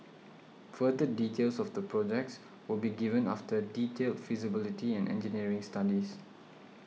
further details of the projects will be given after detailed feasibility and engineering studies